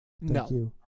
No